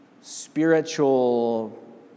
spiritual